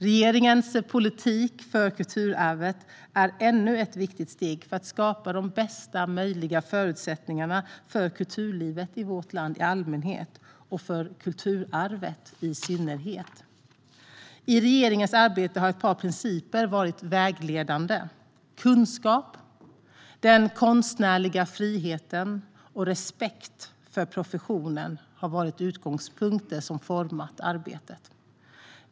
Regeringens politik för kulturarvet är ännu ett viktigt steg för att skapa de bästa möjliga förutsättningarna för kulturlivet i vårt land i allmänhet och för kulturarvet i synnerhet. I regeringens arbete har ett par principer varit vägledande. Kunskap, den konstnärliga friheten och respekt för professionen har varit utgångspunkter som format arbetet.